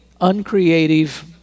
uncreative